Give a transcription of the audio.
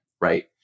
right